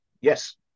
yes